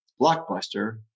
Blockbuster